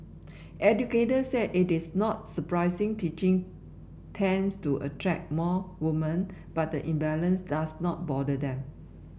educators said it is not surprising teaching tends to attract more women but the imbalance does not bother them